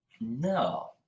No